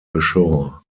ashore